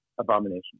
abomination